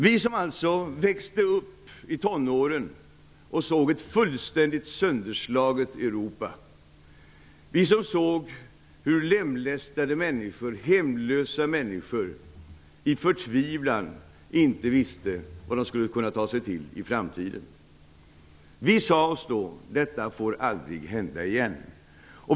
Vi såg under vår uppväxt och i tonåren ett fullständigt sönderslaget Europa med lemlästade människor och hemlösa människor som i sin förtvivlan inte visste vad de skulle ta sig till i framtiden. Vi sade oss då att detta aldrig får hända igen.